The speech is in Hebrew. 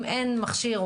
אם אין מכשיר,